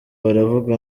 baravuga